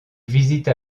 visita